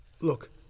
Look